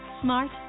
Smart